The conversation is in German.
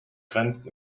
grenzt